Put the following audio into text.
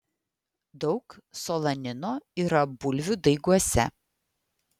daug solanino yra bulvių daiguose